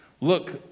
Look